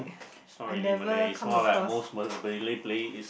it's not really Malays it's more like most Malay